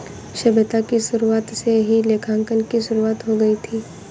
सभ्यता की शुरुआत से ही लेखांकन की शुरुआत हो गई थी